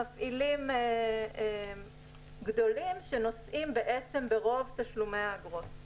מפעילים גדולים שנושאים ברוב תשלומי האגרות עבור תדרים.